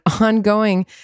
ongoing